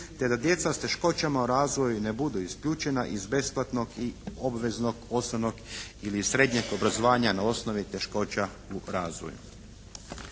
te da djeca s teškoćama u razvoju ne budu isključena iz besplatnog i obveznog osnovnog ili srednjeg obrazovanja na osnovi teškoća u razvoju.